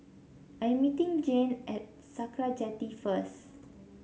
I am meeting Jeane at Sakra Jetty first